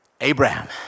Abraham